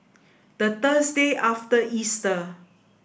the Thursday after Easter